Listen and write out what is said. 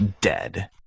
dead